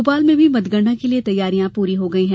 भोपाल में भी मतगणना के लिये तैयारियां पूरी हो गई हैं